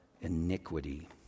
iniquity